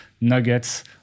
nuggets